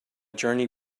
journey